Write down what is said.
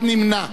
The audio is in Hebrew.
ולכן,